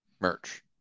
merch